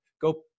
go